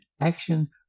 action